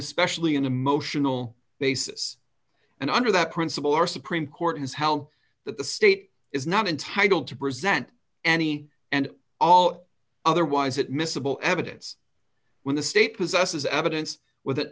especially an emotional basis and under that principle our supreme court has held that the state is not entitled to present any and all otherwise it miscible evidence when the state possesses evidence with an